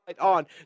on